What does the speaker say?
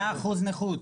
11,000 עם 100% נכות.